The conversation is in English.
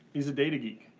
is a data geek.